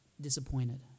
disappointed